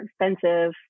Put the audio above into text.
expensive